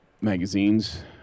magazines